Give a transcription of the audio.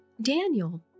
Daniel